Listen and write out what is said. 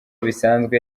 bisanzwe